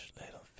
little